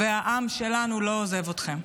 והעם שלנו לא עוזב אתכם.